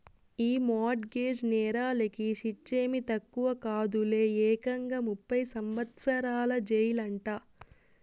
ఈ mortgage నేరాలకి శిచ్చేమీ తక్కువ కాదులే, ఏకంగా ముప్పై సంవత్సరాల జెయిలంట